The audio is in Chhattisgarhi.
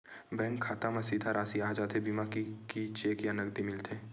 बैंक खाता मा सीधा राशि आ जाथे बीमा के कि चेक या नकदी मिलथे?